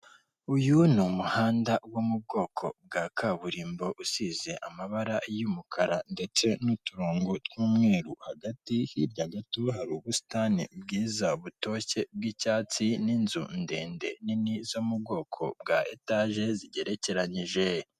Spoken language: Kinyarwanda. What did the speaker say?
Nkuko mubibona amakaro y'aho aracyeye, inzugi nziza ziriho ibirango ndetse zisa amabara y'ubururu, hariya mu imbere hari ikintu gikonjesha harimo ibikombe, ijage y'icyatsi, amajerekani meza azanwamo amazi yo kunywa acyeye Kandi anogeye buri muntu wese iyo aya nyoye aba yumva ameze neza ,akira umutwe cyane iyo awurwaye cyangwa akoze impyiko.